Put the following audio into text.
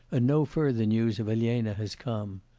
ah no further news of elena has come.